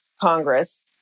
Congress